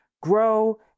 grow